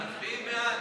בבקשה, אדוני.